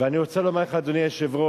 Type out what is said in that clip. אני רוצה לומר לך, אדוני היושב-ראש,